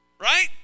right